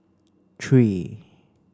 three